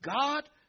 God